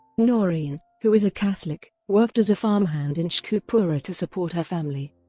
noreen, who is a catholic, worked as a farmhand in sheikhupura to support her family.